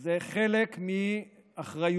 זה חלק מאחריותו